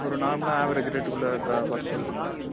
ஒரு நார்மலாக ஆவரேஜ் ரேட்டுக்குள்ளே இருந்தால் பார்த்து சொல்லுங்களேன்